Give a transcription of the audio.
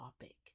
topic